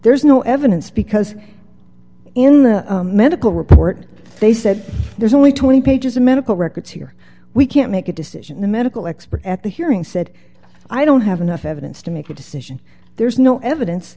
there's no evidence because in the medical report they said there's only twenty pages of medical records here we can't make a decision a medical expert at the hearing said i don't have enough evidence to make a decision there's no evidence